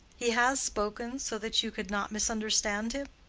he has spoken so that you could not misunderstand him?